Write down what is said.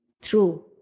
True